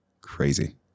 Crazy